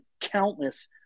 countless